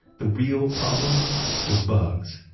the real problem was bugs,